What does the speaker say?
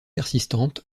persistantes